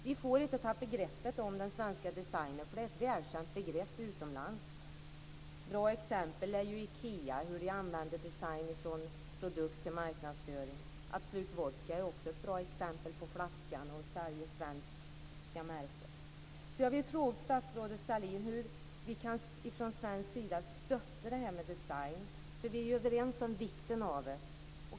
Vi får inte tappa greppet om den svenska designen, för den är ett välkänt begrepp utomlands. Ett bra exempel är ju IKEA och hur de använder design från produkt till marknadsföring. Absolut vodka är också ett bra exempel med flaskan och att man säljer det svenska märket. Jag vill fråga statsrådet Sahlin: Hur kan vi från svensk sida stödja det här med design? Vi är överens om vikten av det.